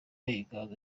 inganzo